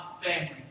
family